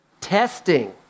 testing